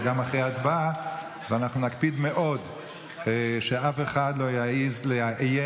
אנחנו נקפיד מאוד שאף אחד לא יעז לאיים